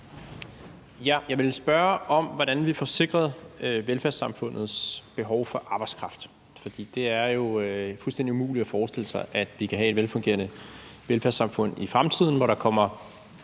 Jeg vil spørge om, hvordan vi får sikret velfærdssamfundets behov for arbejdskraft. Det er jo fuldstændig umuligt at forestille sig, at vi kan have et velfungerende velfærdssamfund i fremtiden uden flere